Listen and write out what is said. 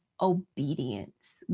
obedience